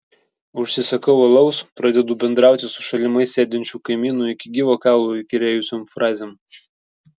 užsisakau alaus pradedu bendrauti su šalimais sėdinčiu kaimynu iki gyvo kaulo įkyrėjusiom frazėm